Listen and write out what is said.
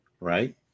right